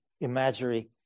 imagery